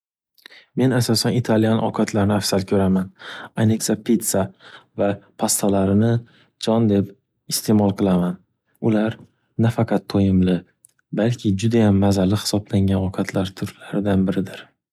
Men asosan italian ovqatlarini afsal ko'raman. Ayniqsa pitsa va pastalarini jon deb isteʼmol qilaman. Ular nafaqat to'yimli, balki judayam mazali hisoblangan ovqatlar turlaridan biridir.